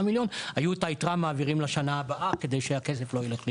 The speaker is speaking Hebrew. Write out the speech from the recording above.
היו את היתרה מעבירים לשנה הבאה כדי שהכסף לא ילך לאיבוד.